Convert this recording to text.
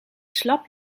slap